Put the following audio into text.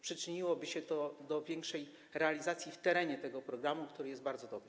Przyczyniłoby się to do większej, lepszej realizacji w terenie tego programu, który jest bardzo dobry.